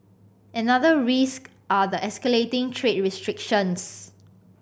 another risk are the escalating trade restrictions